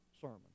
sermon